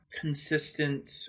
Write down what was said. consistent